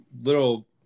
little –